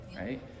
Right